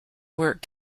work